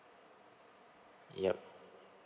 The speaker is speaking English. yup